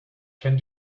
can